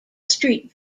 street